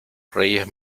reyes